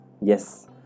Yes